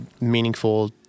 meaningful